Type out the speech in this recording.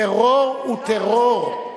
טרור הוא טרור.